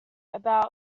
about